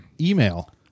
email